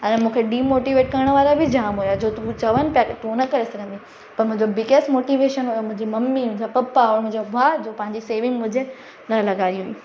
हाणे मूंखे डिमोटिवेट करण वारा बि जामु हुया जो चवनि पिया तूं न करे सघंदी आहें त मुंहिंजो बिगेस्ट मोटिवेशन हुयो मुंहिंजी ममी मुंहिंजा पप्पा मुंहिंजो भाउ जो पंहिंजी सेविंग मुंहिंजे मथां लॻाई हुई